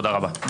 תודה רבה.